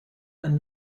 and